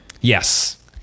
Yes